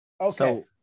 Okay